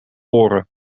oren